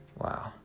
Wow